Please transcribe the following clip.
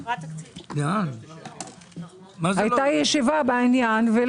אני חייבת להגיד שהפתק שטיבי השאיר כאן אתמול היה מאוד נחמד.